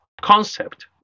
concept